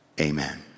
Amen